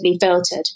filtered